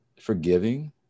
forgiving